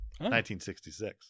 1966